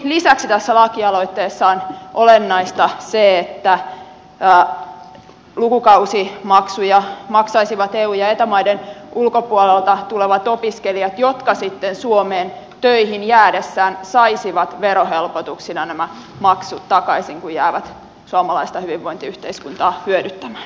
toki tässä lakialoitteessa olennaista on lisäksi se että lukukausimaksuja maksaisivat eu ja eta maiden ulkopuolelta tulevat opiskelijat jotka sitten suomeen töihin jäädessään saisivat verohelpotuksina nämä maksut takaisin kun jäävät suomalaista hyvinvointiyhteiskuntaa hyödyttämään